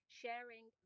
sharing